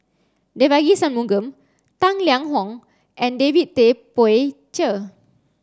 Devagi Sanmugam Tang Liang Hong and David Tay Poey Cher